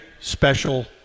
special